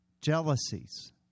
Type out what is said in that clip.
jealousies